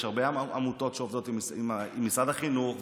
יש הרבה עמותות שעובדות עם משרד החינוך,